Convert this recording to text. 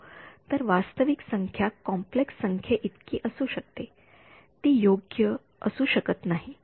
हो तर वास्तविक संख्या कॉम्प्लेक्स संख्ये इतकी कशी असू शकते ते योग्य असू शकत नाही